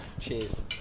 Cheers